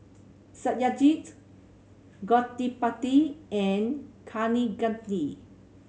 Satyajit Gottipati and Kaneganti